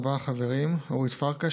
ארבעה חברים: אורית פרקש,